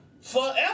forever